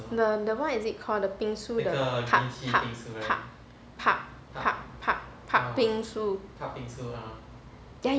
the the what is it called the pat~ pat~ pat~ pat~ pat~ pat~ pat~ pat~ patbingsoo